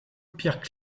pierre